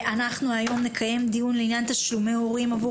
אנחנו היום נקיים דיון לעניין תשלומי הורים עבור